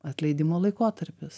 atleidimo laikotarpis